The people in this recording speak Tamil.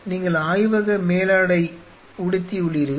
நீங்கள் ஆய்வக மேலாடை உடுத்தியுள்ளீர்கள்